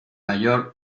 mayor